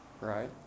right